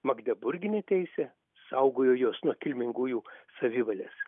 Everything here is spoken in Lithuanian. magdeburginė teisė saugojo juos nuo kilmingųjų savivalės